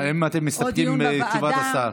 האם אתם מסתפקים בתשובת השרה?